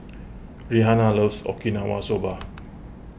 Rihanna loves Okinawa Soba